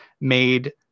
made